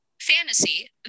fantasy